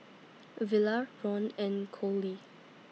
Villa Ron and Coley